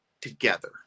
together